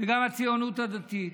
וגם הציונות הדתית: